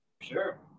Sure